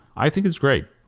i think it's great.